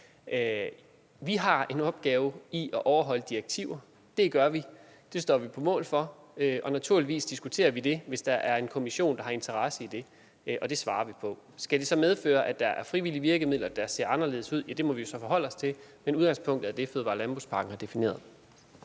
Vi har en opgave i at overholde direktiver. Det gør vi. Det står vi på mål for, og naturligvis diskuterer vi det, hvis Kommissionen har en interesse i det. Og det svarer vi på. Skal det så medføre, at der er frivillige virkemidler, der ser anderledes ud? Ja, det må vi jo så forholde os til, men udgangspunktet er det, fødevare- og landbrugspakken har defineret.